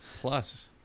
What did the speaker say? plus